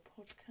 podcast